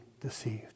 deceived